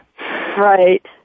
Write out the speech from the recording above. Right